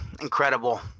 Incredible